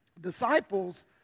disciples